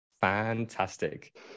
Fantastic